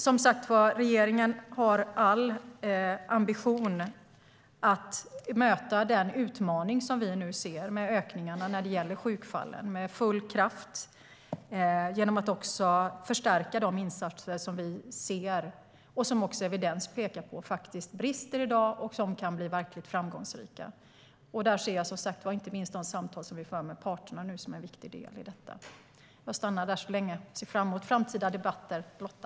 Som sagt: Regeringen har alla ambitioner att med full kraft möta den utmaning som vi nu ser i de ökande sjukfallen genom att förstärka de insatser som har brister i dag, vilket även evidens pekar på, men som kan bli verkligt framgångsrika. Jag ser som sagt inte minst de samtal vi nu för med parterna som en viktig del i detta. Jag stannar där så länge. Jag ser fram mot framtida debatter, Lotta!